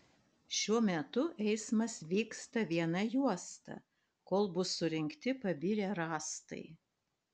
šiuo metu eismas vyksta viena juosta kol bus surinkti pabirę rąstai